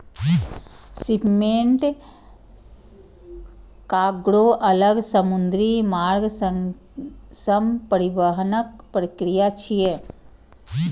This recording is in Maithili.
शिपमेंट कार्गों अलग समुद्री मार्ग सं परिवहनक प्रक्रिया छियै